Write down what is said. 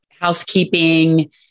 housekeeping